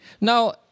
Now